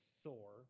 Thor